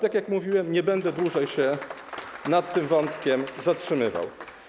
Tak jak mówiłem, nie będę się dłużej nad tym wątkiem zatrzymywał.